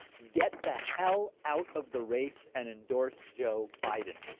get the hell out of the race and endorsed joe biden.